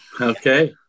Okay